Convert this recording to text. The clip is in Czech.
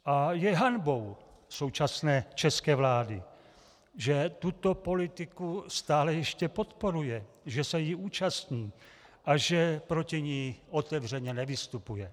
A je hanbou současné české vlády, že tuto politiku stále ještě podporuje, že se jí účastní a že proti ní otevřeně nevystupuje.